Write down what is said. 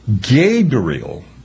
Gabriel